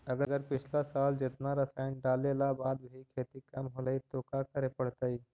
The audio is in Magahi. अगर पिछला साल जेतना रासायन डालेला बाद भी खेती कम होलइ तो का करे पड़तई?